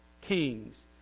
kings